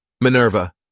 Minerva